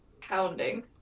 pounding